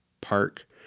park